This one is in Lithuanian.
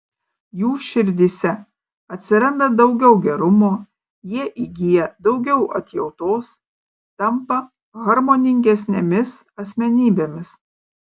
jų širdyse atsiranda daugiau gerumo jie įgyja daugiau atjautos tampa harmoningesnėmis asmenybėmis